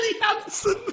Hansen